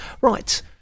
Right